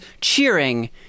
cheering